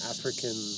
African